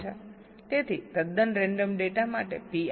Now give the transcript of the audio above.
તેથી તદ્દન random data માટે Pi 0